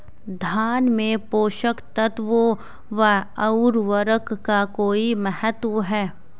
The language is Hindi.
धान में पोषक तत्वों व उर्वरक का कोई महत्व है?